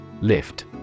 Lift